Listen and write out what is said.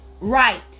right